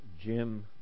Jim